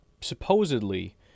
supposedly